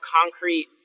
concrete –